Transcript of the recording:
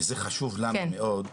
זה חשוב לנו מאוד,